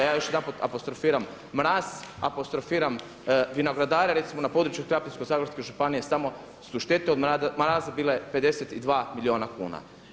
Ja još jedanput apostrofiram mraz, apostrofiram vinogradare recimo na području Krapinsko zagorske županije samo su štete od mraza bile 52 milijuna kuna.